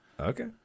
Okay